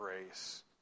grace